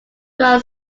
below